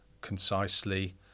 concisely